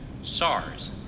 SARS